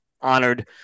honored